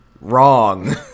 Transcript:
wrong